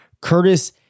curtis